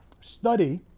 study